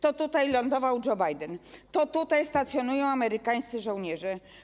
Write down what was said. To tutaj lądował Joe Biden, to tutaj stacjonują amerykańscy żołnierze.